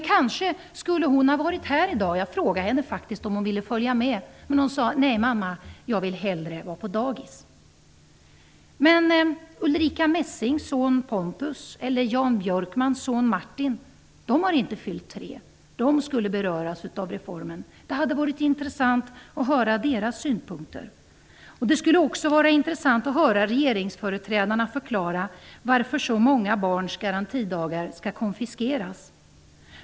Kanske skulle hon ha varit här i dag. Jag frågade henne om hon ville följa med, men hon sade: Nej, mamma, jag vill hellre vara på dagis. Men Ulrika Messings son Pontus eller Jan Björkmans son Martin har inte fyllt tre år. De skulle bröras av reformen. Det hade varit intressant att höra deras synpunkter. Det skulle också vara intressant att höra regeringsföreträdarna förklara varför så många barns garantidagar skall konfiskeras.